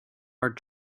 are